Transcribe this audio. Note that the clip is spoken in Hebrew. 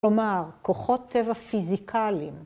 ‫כלומר, כוחות טבע פיזיקליים.